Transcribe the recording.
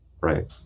Right